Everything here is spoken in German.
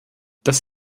das